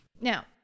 Now